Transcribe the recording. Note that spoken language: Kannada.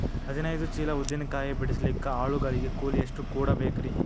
ಹದಿನೈದು ಚೀಲ ಉದ್ದಿನ ಕಾಯಿ ಬಿಡಸಲಿಕ ಆಳು ಗಳಿಗೆ ಕೂಲಿ ಎಷ್ಟು ಕೂಡಬೆಕರೀ?